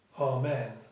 Amen